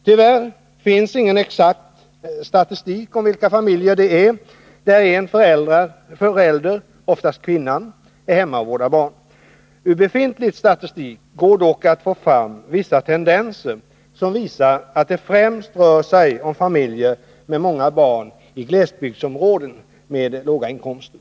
Tyvärr finns ingen exakt statistik över i vilka familjer en förälder, oftast kvinnan, är hemma och vårdar barn. Ur befintlig statistik går det dock att få fram vissa tendenser, som visar att det främst rör sig om familjer med många barn i glesbygdsområden och med låga inkomster.